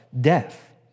death